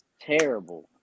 terrible